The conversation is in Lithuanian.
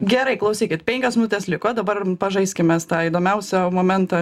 gerai klausykit penkios minutės liko dabar pažaiskim mes tą įdomiausią momentą